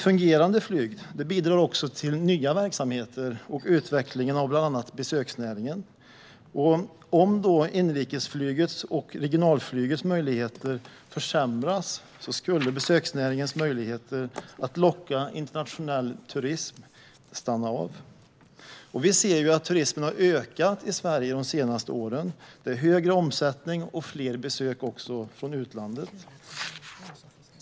Fungerande flyg bidrar också till nya verksamheter och utvecklingen av bland annat besöksnäringen. Om inrikesflygets och regionalflygets möjligheter försämras skulle besöksnäringens möjligheter att locka internationell turism stanna av. Turismen har ökat i Sverige de senaste åren. Det är högre omsättning och fler besök från utlandet.